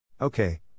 Okay